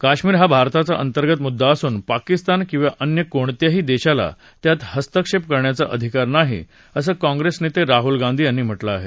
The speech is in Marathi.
काश्मिर हा भारताचा अंतर्गत मुद्दा असून पाकिस्तान किंवा अन्य कोणत्याही देशाला त्यात हस्तक्षेप करण्याचा अधिकार नाही असं काँप्रेस नेते राहूल गांधी यांनी म्हटलं आहे